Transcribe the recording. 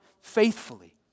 faithfully